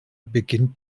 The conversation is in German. beginnt